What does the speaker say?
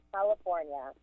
California